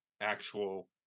actual